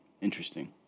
Interesting